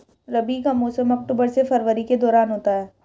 रबी का मौसम अक्टूबर से फरवरी के दौरान होता है